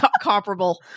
comparable